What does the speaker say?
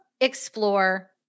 explore